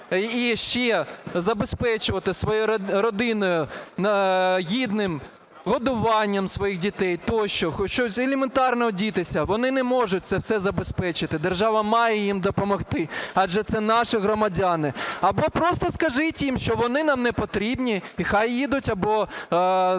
і ще забезпечувати свою родину, гідним годуванням своїх дітей тощо, хоч щось елементарно, одягнутися. Вони не можуть це все забезпечити. Держава має їм допомогти, адже це наші громадяни. Або просто скажіть їм, що вони нам не потрібні і хай їдуть або